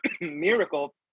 miracle